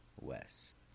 west